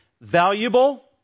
valuable